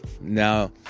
now